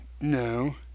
no